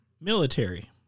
military